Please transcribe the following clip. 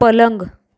पलंग